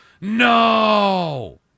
no